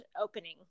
opening